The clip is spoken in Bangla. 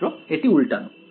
ছাত্র এটি উল্টানো